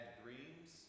dreams